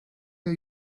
are